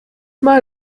mal